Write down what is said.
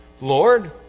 lord